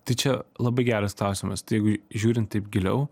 tai čia labai geras klausimas tai jeigu žiūrint taip giliau